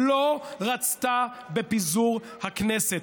לא רצתה בפיזור הכנסת.